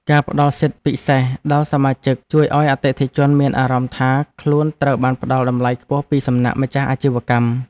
ការផ្តល់សិទ្ធិពិសេសដល់សមាជិកជួយឱ្យអតិថិជនមានអារម្មណ៍ថា ខ្លួនត្រូវបានផ្តល់តម្លៃខ្ពស់ពីសំណាក់ម្ចាស់អាជីវកម្ម។